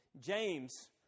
James